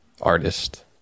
artist